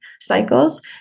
cycles